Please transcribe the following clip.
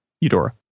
Eudora